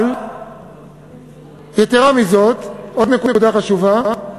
אבל יתרה מזאת, עוד נקודה חשובה: